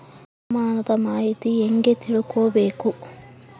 ಹವಾಮಾನದ ಮಾಹಿತಿ ಹೇಗೆ ತಿಳಕೊಬೇಕು?